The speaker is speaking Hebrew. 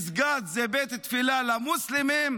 מסגד זה בית תפילה למוסלמים,